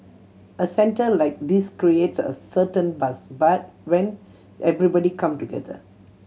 a centre like this creates a certain buzz bar when everybody come together